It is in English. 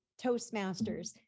Toastmasters